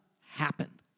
happen